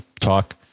talk